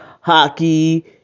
hockey